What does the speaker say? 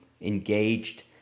engaged